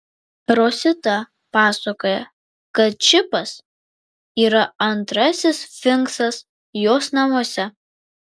rosita pasakoja kad čipas yra antrasis sfinksas jos namuose